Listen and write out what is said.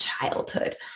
childhood